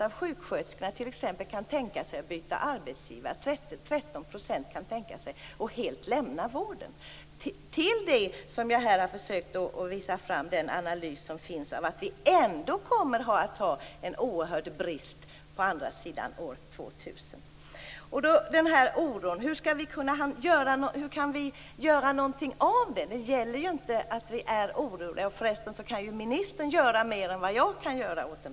Av sjuksköterskorna kan t.ex. 40 % tänka sig att byta arbetsgivare och 13 % tänka sig att helt lämna vården. Till det som jag här har försökt att visa på kommer den analys som visar att vi ändå kommer att ha en oerhörd brist på andra sidan av år 2000. Vad kan vi göra åt denna oro? Ministern kan göra mer än vad jag kan.